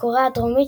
וקוריאה הדרומית,